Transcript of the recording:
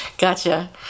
Gotcha